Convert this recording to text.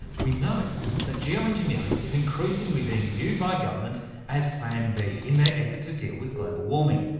we know that geo-engineering is increasingly being viewed by governments as plan b in their effort to deal with global warming,